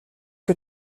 que